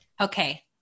Okay